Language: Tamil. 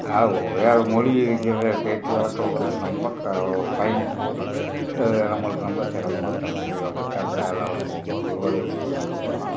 அதாவது வேறு மொழிங்குற பேச்சு வழக்க வந்து நம்ம க பயணிக்கும் போது நம்மளுக்கு ரொம்ப சிரமமா தான் இருக்குது அப்டித்தான் கேரளாவில் போகும் போது குருவாயூர் கோயிலுக்கு போனோம்